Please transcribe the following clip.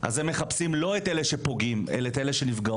אז הם מבקשים לא את אלה שפוגעים אלא את אלה שנפגעות.